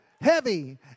Heavy